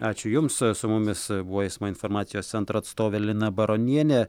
ačiū jums su mumis buvo eismo informacijos centro atstovė lina baronienė